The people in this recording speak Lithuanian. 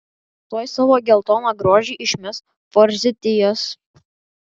tuoj savo geltoną grožį išmes forzitijos